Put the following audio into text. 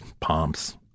pumps